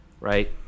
Right